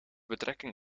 betrekking